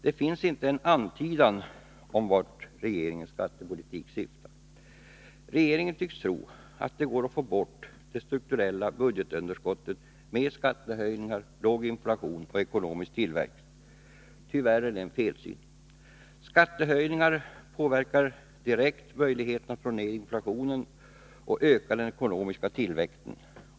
Det finns inte en antydan om vart regeringens skattepolitik syftar. Regeringen tycks tro att det går att få bort det strukturella budgetunderskottet med skattehöjningar, låg inflation och a ekonomisk tillväxt. Tyvärr är det en felsyn. Skattehöjningar påverkar direkt möjligheten att få ned inflationen och öka den ekonomiska tillväxten.